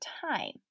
time